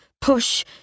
push